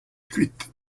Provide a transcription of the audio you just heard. kuit